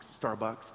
Starbucks